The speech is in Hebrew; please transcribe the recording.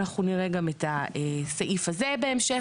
אנחנו נראה גם את הסעיף הזה בהמשך.